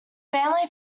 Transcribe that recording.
family